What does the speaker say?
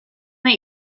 that